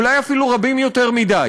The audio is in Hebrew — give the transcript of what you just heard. אולי אפילו רבים מדי.